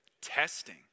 Testing